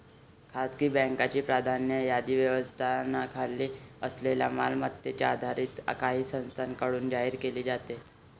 खासगी बँकांची प्राधान्य यादी व्यवस्थापनाखाली असलेल्या मालमत्तेवर आधारित काही संस्थांकडून जाहीर केली जाते